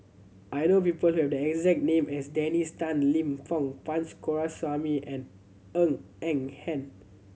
I know people who have the exact name as Dennis Tan Lip Fong Punch Coomaraswamy and Ng Eng Hen